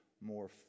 more